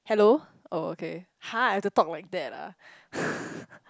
hello oh okay !huh! I have to talk like that ah